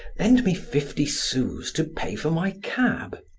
lend me fifty sous to pay for my cab.